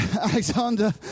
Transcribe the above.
Alexander